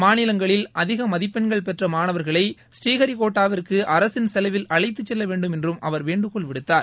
மாநிலங்களில் அதிக மதிப்பெண்கள் பெற்ற மாணவர்களை பூழ் ஹரிகோட்டாவிற்கு அரசின் செலவில் அழைத்து செல்ல வேண்டும் என்றும் அவர் வேண்டுகோள் விடுத்தார்